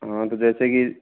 हाँ तो जैसे कि